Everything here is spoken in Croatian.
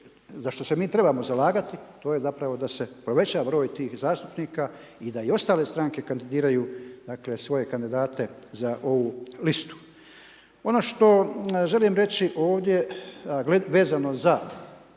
za što se mi trebamo zalagati to je zapravo da se poveća broj tih zastupnika i da i ostale stranke kandidiraju svoje kandidate za ovu listu. Ono što želim reći ovdje vezano za